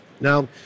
Now